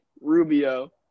Rubio